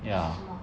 还是什么